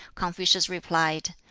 confucius replied,